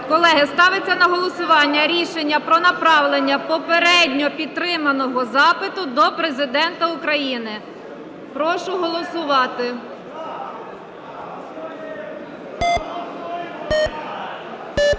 колеги, ставиться на голосування рішення про направлення попередньо підтриманого запиту до Президента України. Прошу голосувати.